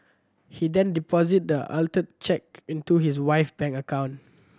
he then deposited the altered cheque into his wife bank account